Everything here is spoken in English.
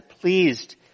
pleased